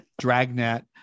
Dragnet